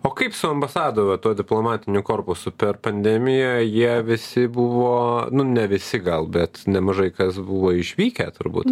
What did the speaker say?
o kaip su ambasada va tuo diplomatiniu korpusu per pandemiją jie visi buvo nu ne visi gal bet nemažai kas buvo išvykę turbūt